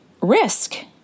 risk